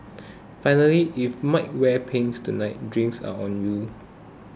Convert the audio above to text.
finally if Mike wears pink tonight drinks are on you